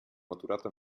maturata